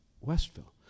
Westville